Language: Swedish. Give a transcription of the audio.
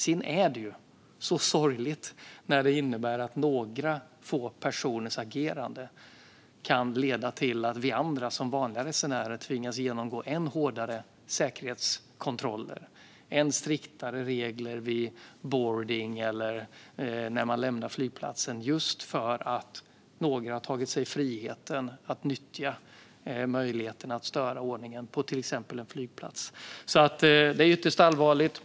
Sedan är det sorgligt att några få personers agerande kan leda till att vi andra, som vanliga resenärer, tvingas genomgå än hårdare säkerhetskontroller och förhålla oss till än striktare regler vid boarding eller när man lämnar flygplatsen, just för att några har tagit sig friheten att nyttja möjligheten att störa ordningen på till exempel en flygplats. Det är alltså ytterst allvarligt.